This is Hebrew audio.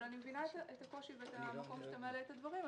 אבל אני מבינה את הקושי ואת המקום שאתה מעלה את הדברים.